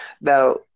Now